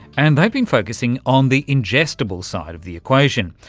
and they've been focussing on the ingestible side of the equation,